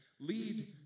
lead